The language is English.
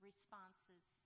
responses